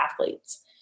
athletes